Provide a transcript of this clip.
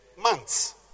months